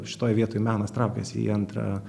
šitoj vietoj menas traukiasi į antrą